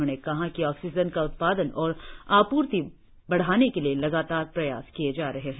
उन्होंने कहा कि ऑक्सीजन का उत्पादन और आपूर्ति बढ़ाने के लिए लगातार प्रयास किए जा रहे हैं